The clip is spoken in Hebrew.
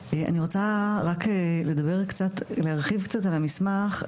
אני רוצה רק לדבר קצת, להרחיב קצת על המסמך.